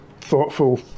thoughtful